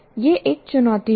यह एक चुनौती होगी